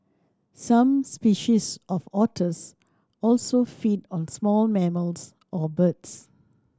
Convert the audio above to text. some species of otters also feed on small mammals or birds